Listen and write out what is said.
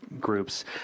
groups